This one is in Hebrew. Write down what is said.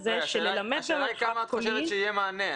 השאלה היא כמה את חושבת שיהיה מענה.